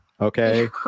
okay